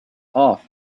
off